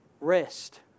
Rest